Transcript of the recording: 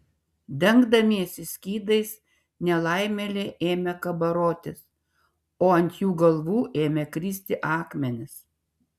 dengdamiesi skydais nelaimėliai ėmė kabarotis o ant jų galvų ėmė kristi akmenys